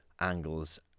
angles